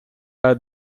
are